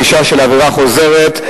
ענישה על עבירה חוזרת).